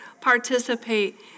participate